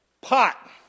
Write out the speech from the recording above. pot